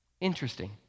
interesting